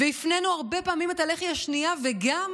והרבה פעמים הפנינו את הלחי השנייה וגם